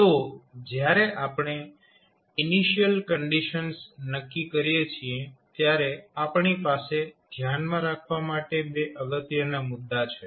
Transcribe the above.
તો જ્યારે આપણે ઇનિશિયલ કંડીશન્સ નક્કી કરીએ છીએ ત્યારે આપણી પાસે ધ્યાનમાં રાખવા માટે બે અગત્યના મુદ્દા છે